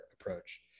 approach